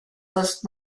was